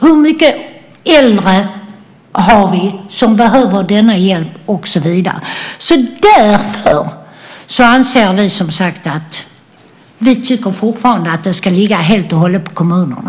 Hur många äldre har vi som behöver denna hjälp, och så vidare? Därför anser vi fortfarande, som sagt, att detta helt och hållet ska ligga på kommunerna.